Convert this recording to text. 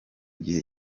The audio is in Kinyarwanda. gihe